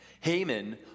Haman